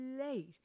late